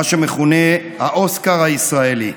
מה שמכונה "האוסקר הישראלי".